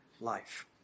life